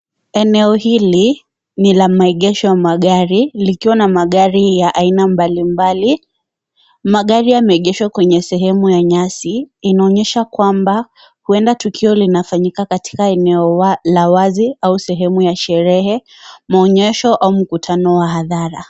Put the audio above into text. Eneo hili ni la maegesho ya magari likiwa na magari ya aina mbali mbali, magari yameegeshwa kwenye sehemu ya nyasi, inaonyesha kwamba huenda tukio linafanyika katika eneo la wazi au sehemu la sherehe, maonyesho au mkutano wa hadhara.